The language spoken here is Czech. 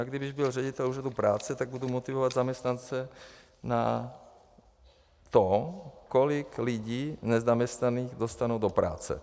Kdybych byl ředitel Úřadu práce, tak budu motivovat zaměstnance na to, kolik lidí nezaměstnaných dostanou do práce.